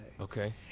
Okay